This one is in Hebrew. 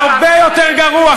הרבה יותר גרוע,